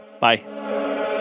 Bye